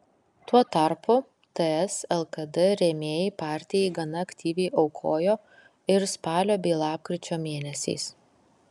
tuo tarpu ts lkd rėmėjai partijai gana aktyviai aukojo ir spalio bei lapkričio mėnesiais